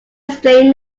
explain